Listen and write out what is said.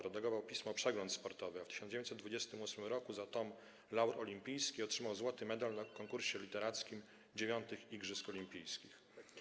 Redagował pismo „Przegląd Sportowy”, a w 1928 r. za tom „Laur olimpijski” otrzymał złoty medal na konkursie literackim IX Letnich Igrzysk Olimpijskich.